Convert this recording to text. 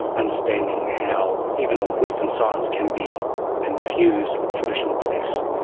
understanding how even um western science can be infused with traditional beliefs.